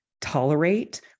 tolerate